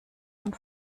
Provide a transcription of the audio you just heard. und